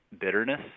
bitterness